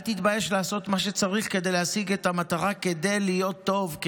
אל תתבייש לעשות מה שצריך כדי להשיג את המטרה כדי להיות טוב,